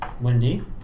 Wendy